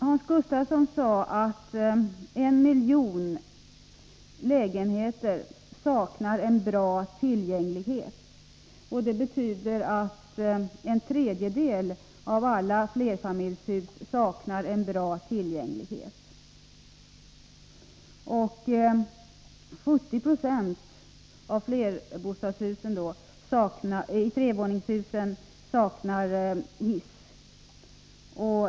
Hans Gustafsson sade att 1 miljon lägenheter saknar god tillgänglighet. Det betyder att sådan saknas i en tredjedel av alla flerfamiljshus. 70 20 av flerbostadshusen med tre våningar saknar hiss.